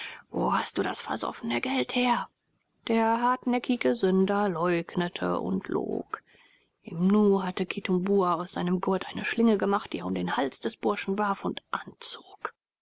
wo hast du das versoffene geld her der hartnäckige sünder leugnete und log im nu hatte kitumbua aus seinem gurt eine schlinge gemacht die er um den hals des burschen warf und anzog